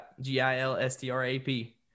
G-I-L-S-T-R-A-P